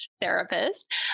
therapist